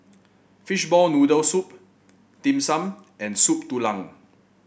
Fishball Noodle Soup Dim Sum and Soup Tulang